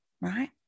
Right